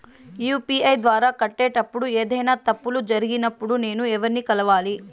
UPI ద్వారా కట్టేటప్పుడు ఏదైనా తప్పులు జరిగినప్పుడు నేను ఎవర్ని కలవాలి?